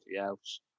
else